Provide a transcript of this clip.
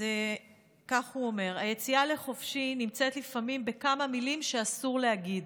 אז כך הוא אומר: היציאה לחופשי נמצאת לפעמים בכמה מילים שאסור להגיד,